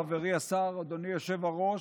חברי השר, אדוני היושב-ראש,